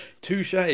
Touche